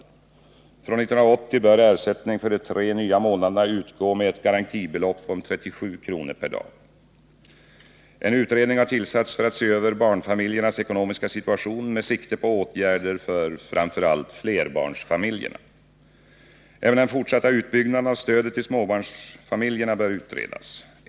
Från 1980 bör ersättning för de nya tre månaderna utgå med ett garantibelopp om 37 kr. per dag. En utredning har tillsatts för att se över barnfamiljernas ekonomiska situation med sikte på åtgärder för framför allt flerbarnsfamiljerna. Även den fortsatta utbyggnaden av stödet till småbarnsfamiljerna bör utredas.